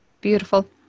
Beautiful